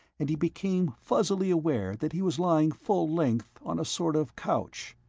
and he became fuzzily aware that he was lying full length on a sort of couch.